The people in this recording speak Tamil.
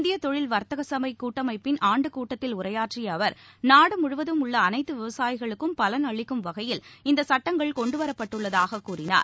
இந்திய தொழில் வாத்தக சபை கூட்டமைப்பின் ஆண்டு கூட்டத்தில் உரையாற்றிய அவா் நாடு முழுவதும் உள்ள அனைத்து விவசாயிகளுக்கும் பலன் அளிக்கும் வகையில் இந்த சட்டங்கள் கொண்டுவரப்பட்டள்ளதாக கூறினார்